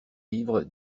ivre